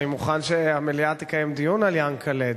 אני מוכן שהמליאה תקיים דיון על יענקל'ה,